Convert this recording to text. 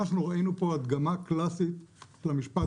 אנחנו ראינו פה הדגמה קלאסית של המשפט